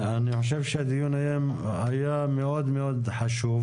אני חושב שהדיון היה מאוד מאוד חשוב,